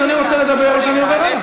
אדוני רוצה לדבר או שאני עובר הלאה?